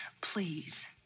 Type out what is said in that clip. Please